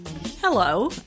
Hello